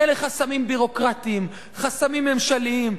אלה חסמים ביורוקרטיים, חסמים ממשליים.